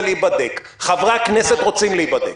להיבדק חברי הכנסת רוצים להיבדק.